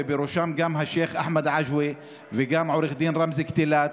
ובראשם השייח' אחמד עג'ווה ועו"ד רמזי קטילאת,